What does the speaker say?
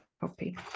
copy